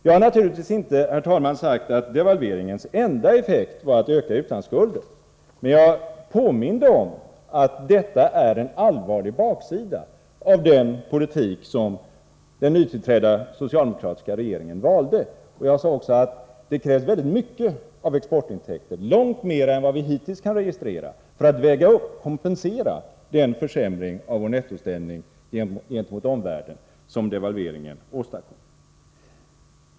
Jag har naturligtvis inte, herr talman, sagt att devalveringens enda effekt var att öka utlandsskulden, men jag påminde om att detta är en allvarlig baksida av den politik som den nytillträdda socialdemokratiska regeringen valde. Jag sade också att det krävs väldigt mycket av exportintäkter — långt mer än vad vi hittills kan registrera — för att väga upp, kompensera, den försämring av vår nettoställning gentemot omvärlden som devalveringen åstadkom.